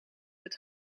het